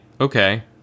okay